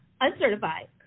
uncertified